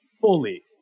fully